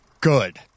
good